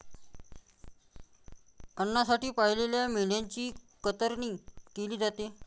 अन्नासाठी पाळलेल्या मेंढ्यांची कतरणी केली जाते